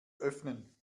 öffnen